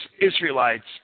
Israelites